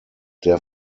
der